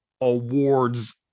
awards